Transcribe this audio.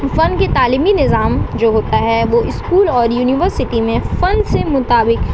فن کے تعلیمی نظام جو ہوتا ہے وہ اسکول اور یونیورسٹی میں فن سے مطابق